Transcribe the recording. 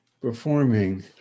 performing